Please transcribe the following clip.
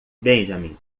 benjamin